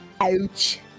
Ouch